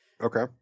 Okay